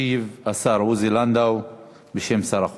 ישיב השר עוזי לנדאו בשם שר החוץ.